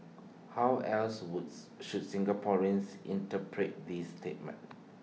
how else Woods should Singaporeans interpret this statement